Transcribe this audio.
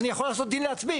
אני יכול לעשות דין לעצמי,